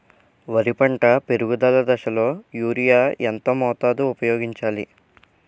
వరి పంట పెరుగుదల దశలో యూరియా ఎంత మోతాదు ఊపయోగించాలి?